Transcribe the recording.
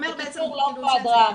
בקיצור לא דרמה.